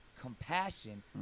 compassion